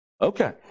Okay